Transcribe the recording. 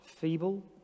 feeble